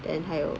then 还有